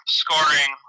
scoring